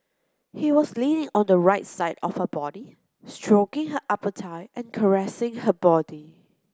he was leaning on the right side of her body stroking her upper thigh and caressing her body